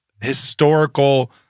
historical